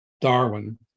Darwin